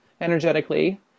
energetically